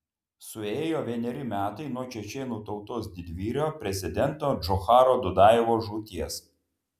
suėjo vieneri metai nuo čečėnų tautos didvyrio prezidento džocharo dudajevo žūties